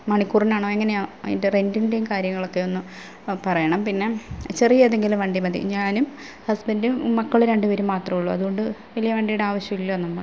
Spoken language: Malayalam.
മണിക്കൂറിനാണോ എങ്ങനെയാണ് അതിൻ്റെ റെൻ്റിൻ്റേയും കാര്യങ്ങളൊക്കെ ഒന്ന് പറയണം പിന്നെ ചെറിയ ഏതെങ്കിലും വണ്ടി മതി ഞാനും ഹസ്ബെൻടും മക്കൾ രണ്ടു പേരും മാത്രമേ ഉള്ളു അതുകൊണ്ട് വലിയ വണ്ടിയുടെ ആവശ്യമില്ല നമുക്ക്